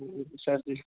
sir जी